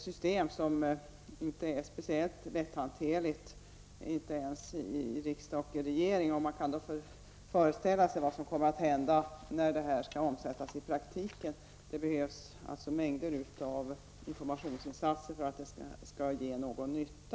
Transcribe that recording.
Systemet är inte speciellt lätthanterligt ens för riksdag och regering. Då kan man föreställa sig vad som kommer att hända när det hela skall omsättas i praktiken. Det behövs alltså stora informationsinsatser för att det skall bli till någon nytta.